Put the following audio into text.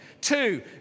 Two